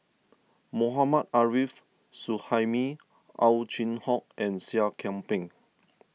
Mohammad Arif Suhaimi Ow Chin Hock and Seah Kian Peng